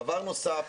דבר נוסף,